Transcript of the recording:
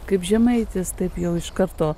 kaip žemaitis taip jau iš karto